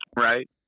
Right